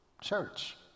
Church